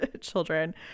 children